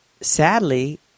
sadly